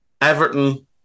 Everton